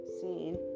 seen